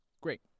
Great